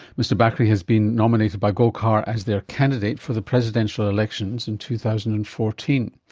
mr bakrie has been nominated by golkar as their candidate for the presidential elections in two thousand and fourteen.